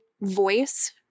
voice